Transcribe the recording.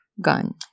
gun